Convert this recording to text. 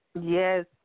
Yes